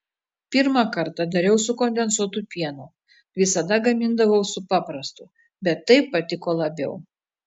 pirmą kartą dariau su kondensuotu pienu visada gamindavau su paprastu bet taip patiko labiau